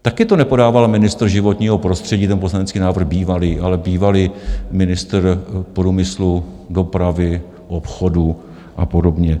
Taky to nepodával ministr životního prostředí, ten poslanecký návrh bývalý, ale bývalý ministr průmyslu, dopravy, obchodu a podobně.